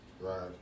Right